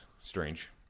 strange